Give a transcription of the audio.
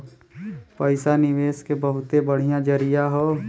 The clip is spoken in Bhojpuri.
पइसा निवेस के बहुते बढ़िया जरिया हौ